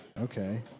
Okay